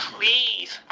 Please